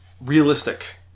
realistic